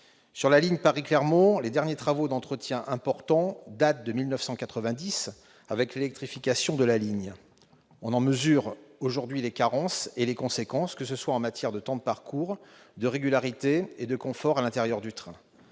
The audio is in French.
Sur la ligne Paris-Clermont, les derniers travaux d'entretien importants datent de 1990, avec l'électrification de la ligne. On en mesure aujourd'hui les carences et les conséquences, que ce soit en matière de temps de parcours, de régularité ou de confort à l'intérieur du train.